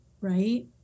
right